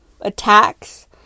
attacks